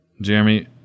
Jeremy